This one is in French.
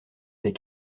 des